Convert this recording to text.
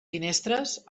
finestres